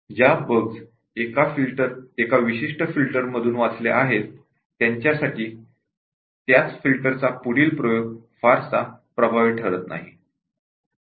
ज्या बग्स एका विशिष्ट फिल्टरमधून वाचल्या आहेत त्यांच्यासाठी त्याच फिल्टरचा पुढील प्रयोग फारसा प्रभावी ठरत नाही